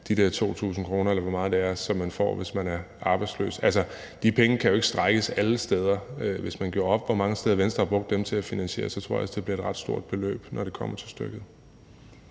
de der 2.000 kr., eller hvor meget det er, som man får, hvis man er arbejdsløs. Altså, de penge kan jo ikke strækkes til alle steder. Hvis man gjorde op, hvor mange steder Venstre har brugt dem til at finansiere det, så tror jeg altså, det bliver et ret stort beløb, når det kommer til stykket.